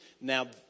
now